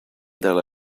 dalla